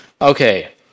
Okay